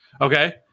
Okay